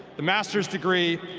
the master's degree,